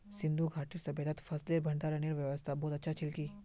सिंधु घाटीर सभय्तात फसलेर भंडारनेर व्यवस्था बहुत अच्छा छिल की